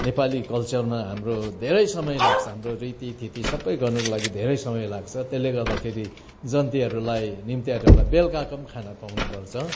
नेपाली कल्चरमा हाम्रो धेरै समय लाग्छ हाम्रो रीति थीति सबै गर्नुको लागि धेरै समय लाग्छ त्यसले गर्दाखेरि जन्तीहरूलाई निम्त्यारूहरूलाई बेलुकाको पनि खाना खुवाउनु पर्छ